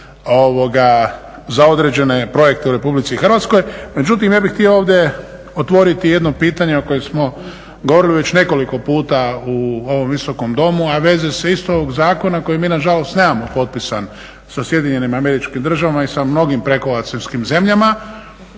za određene projekte u RH. Međutim ja bih htio ovdje otvoriti jedno pitanje o kojem smo govorili već nekoliko puta u ovom Visokom domu, a vezuje se isto ovog zakona koji mi nažalost nemamo potpisan sa SAD-om i sa prekooceanskim zemljama,